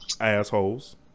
assholes